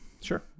sure